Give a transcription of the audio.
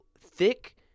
thick